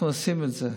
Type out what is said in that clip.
אנחנו עושים את זה.